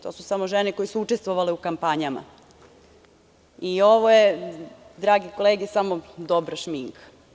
To su samo žene koje su učestvovale u kampanjama i ovo je, drage kolege, samo dobra šminka.